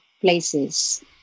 places